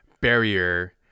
barrier